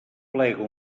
plega